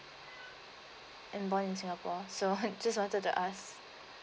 and born in singapore so just wanted to ask